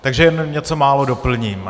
Takže jen něco málo doplním.